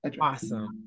awesome